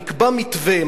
נקבע מתווה,